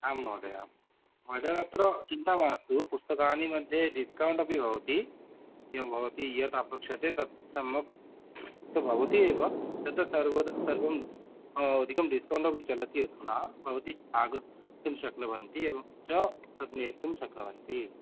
आं महोदये अद अत्र चिन्ता मास्तु पुस्तकानि मध्ये डिस्कौण्ट् अपि भवति यत् भवती यत् अपेक्षते तत्त सम्यक् तु भवति एव तत् सर्वम् अधिकं डिस्कौण्ट् अपि चलति अधुना भवती आगन्तुं शक्नुवन्ति एवञ्च तत् नेतुं शक्नुवन्ति